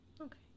okay